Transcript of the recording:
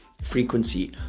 frequency